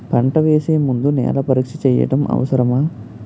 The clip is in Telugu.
పంట వేసే ముందు నేల పరీక్ష చేయటం అవసరమా?